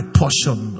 portion